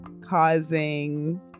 causing